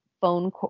phone